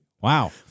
Wow